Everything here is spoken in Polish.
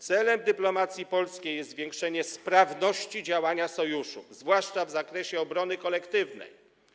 Celem dyplomacji polskiej jest zwiększenie sprawności działania Sojuszu, zwłaszcza w zakresie obrony kolektywnej.